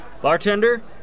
Bartender